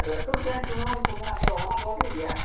ᱨᱟᱹᱥᱩᱱ ᱯᱮᱸᱭᱟᱡᱽ ᱥᱩᱱᱩᱢ ᱠᱚ ᱢᱮᱱᱟᱜ ᱫᱚ ᱚᱱᱟ ᱫᱚ ᱵᱟᱠᱤᱱ ᱤᱫᱤᱭᱟ